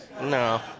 No